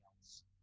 else